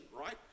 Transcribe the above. right